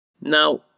Now